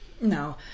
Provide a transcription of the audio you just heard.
No